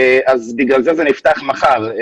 לכן זה נפתח מחר.